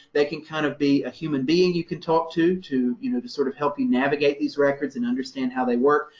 they can kind of be a human being you can talk to, to you know, to sort of help you navigate these records and understand how they work.